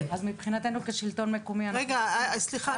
אז מבחינתנו כשלטון מקומי --- סליחה,